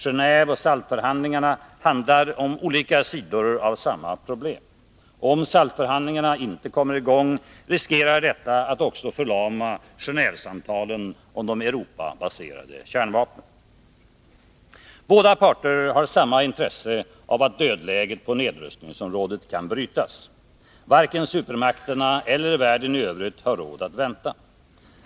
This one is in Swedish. Genåveoch SALT-förhandlingarna handlar om olika sidor av samma problem. Om SALT-förhandlingarna inte kommer i gång, riskerar detta att också förlama Genåvesamtalen om de Europabaserade kärnvapnen. Båda parter har samma intresse av att dödläget på nedrustningsområdet kan brytas. Varken supermakterna eller världen i övrigt har råd att vänta.